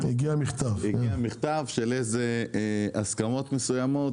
הגיע מכתב של איזה הסכמות מסוימות,